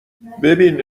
ببین